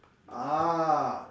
ah